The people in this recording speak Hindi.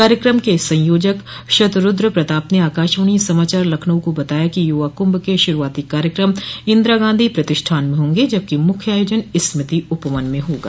कार्यक्रम के संयोजक शतरूद्र प्रताप ने आकाशवाणी समाचार लखनऊ को बताया कि युवा कुंभ क शुरूआती कार्यक्रम इंदिरागांधी प्रतिष्ठान में होंगे जबकि मुख्य आयोजन स्मृति उपवन में होगा